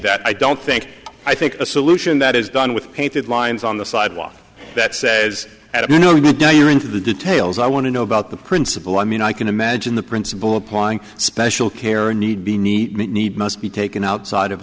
that i don't think i think a solution that is done with painted lines on the sidewalk that says at you know you're into the details i want to know about the principle i mean i can imagine the principle applying special care or need be neat need must be taken outside of